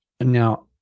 Now